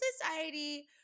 Society